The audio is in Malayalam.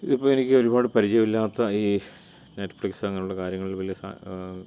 ഇതിപ്പോള് എനിക്ക് ഒരുപാട് പരിചയമില്ലാത്ത ഈ നെറ്റ്ഫ്ലിക്സ് അങ്ങനുള്ള കാര്യങ്ങളിൽ വലിയ